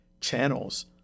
channels